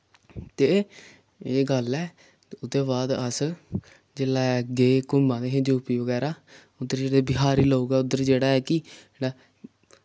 ते एह् गल्ल ऐ उ'दे बाद अस जेल्लै गे घुम्मा दे हे यूपी बगैरा उद्धर जेह्ड़े बिहारी लोक उद्धर जेह्ड़ा ऐ कि